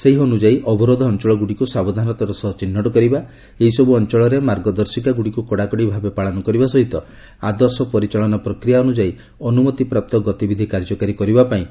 ସେହି ଅନୁଯାୟୀ ଅବରୋଧ ଅଞ୍ଚଳଗୁଡ଼ିକୁ ସାବଧାନତାର ସହ ଚିହ୍ନଟ କରିବା ଏହିସବୁ ଅଞ୍ଚଳରେ ମାର୍ଗଦର୍ଶିକାଗୁଡ଼ିକୁ କଡ଼ାକଡ଼ି ଭାବେ ପାଳନ କରିବା ସହିତ ଆଦର୍ଶ ପରିଚାଳନା ପ୍ରକ୍ରିୟା ଅନୁଯାୟୀ ଅନୁମତିପ୍ରାପ୍ତ ଗତିବିଧି କାର୍ଯ୍ୟକାରୀ କରିବାପାଇଁ ଏଥିରେ କୁହାଯାଇଛି